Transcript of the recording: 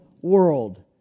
world